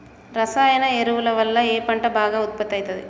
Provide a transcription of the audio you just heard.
రసాయన ఎరువుల వల్ల ఏ పంట బాగా ఉత్పత్తి అయితది?